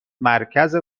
مرکز